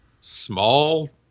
small